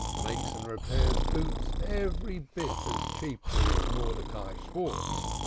makes and repairs boots. every bit as cheaply as mordecai schwartz,